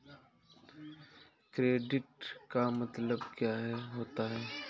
Credit का मतलब क्या होता है?